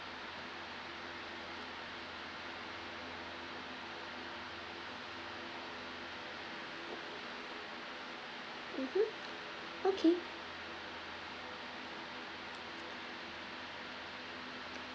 mmhmm okay